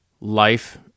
life